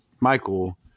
Michael